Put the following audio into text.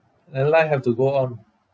uh life have to go on